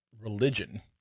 religion